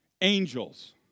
angels